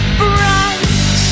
bright